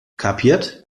kapiert